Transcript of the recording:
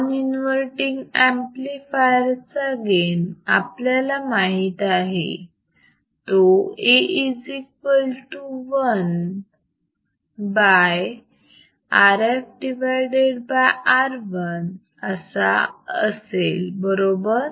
non inverting amplifier चा gain आपल्याला माहित आहे तो A1 by RfRI असा आहे बरोबर